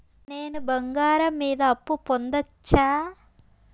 నేను బంగారం మీద అప్పు పొందొచ్చా?